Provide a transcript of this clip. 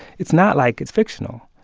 it's not like it's fictional.